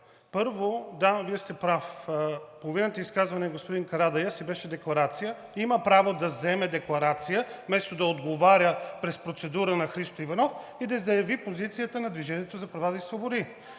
Първо, да, Вие сте прав. Половината изказване на господин Карадайъ си беше декларация. Има право да вземе декларация, вместо да отговаря през процедура на Христо Иванов, и да заяви позицията на „Движение за права и свободи“.